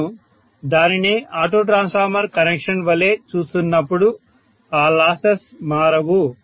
నేను దానినే auto transformer connection వలె చూస్తున్నప్పుడు ఆ లాసెస్ మారవు